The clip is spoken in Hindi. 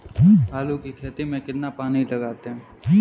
आलू की खेती में कितना पानी लगाते हैं?